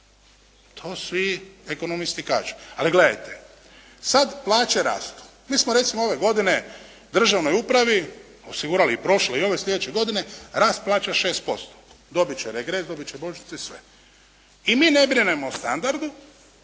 To svi ekonomisti kažu. Ali gledajte, sad plaće rastu. Mi smo recimo ove godine državnoj upravi osigurali, i prošloj i ovoj sljedeće godine rast plaća 6%, dobiti će regres, dobiti će božićnice i sve. I mi ne brinemo o standardu,